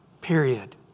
period